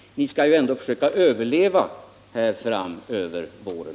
Ni skall väl ändå försöka överleva nu när våren kommer.